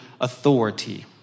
authority